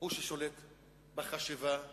בחשיבה התקציבית.